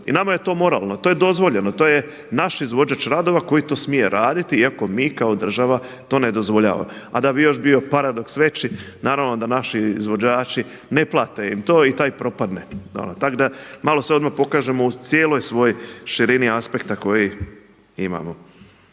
I nama je to moralno, to je dozvoljeno, to je naš izvođač radova koji to smije raditi iako mi kao država to ne dozvoljavamo. A da bi još bio paradoks veći naravno da naši izvođači ne plate im to i taj propadne. Tako da malo se odmah pokažemo u cijeloj svojoj širini aspekta koji imamo.